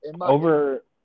over